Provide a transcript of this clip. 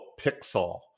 pixel